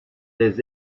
des